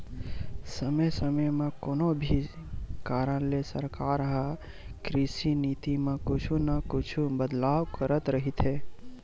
समे समे म कोनो भी कारन ले सरकार ह कृषि नीति म कुछु न कुछु बदलाव करत रहिथे